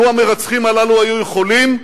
לו המרצחים הללו היו יכולים,